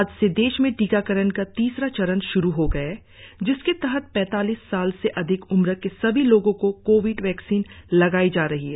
आज से देश में टीकाकरण का तीसरा चरण श्रु हो गया है जिसके तहत पैंतालीस साल से अधिक उम्र के सभी लोगों को कोविड वैक्सीन लगाई जा रही है